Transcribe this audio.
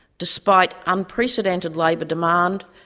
despite unprecedented labour demand,